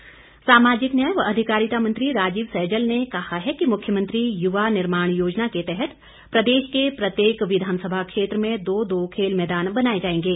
सहजल सामाजिक न्याय व अधिकारिता मंत्री राजीव सहजल ने कहा है कि मुख्यमंत्री युवा निर्माण योजना के तहत प्रदेश के प्रत्येक विधानसभा क्षेत्र में दो दो खेल मैदान बनाए जाएंगे